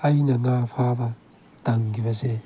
ꯑꯩꯅ ꯉꯥ ꯐꯥꯕ ꯇꯝꯈꯤꯕꯁꯦ